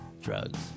Drugs